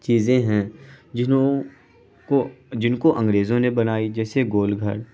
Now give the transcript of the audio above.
چیزیں ہیں جنہوں کو جن کو انگریزوں نے بنائی جیسے گول گھر